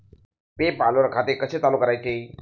पे पाल वर खाते कसे चालु करायचे